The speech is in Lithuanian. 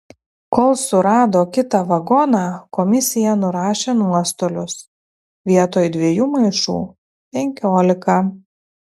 kol surado kitą vagoną komisija nurašė nuostolius vietoj dviejų maišų penkiolika